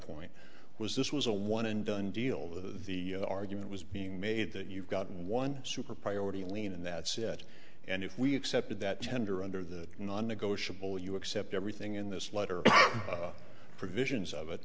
point was this was a one and done deal that the argument was being made that you've gotten one super priority leanin that said and if we accepted that tender under the non negotiable you accept everything in this letter provisions of it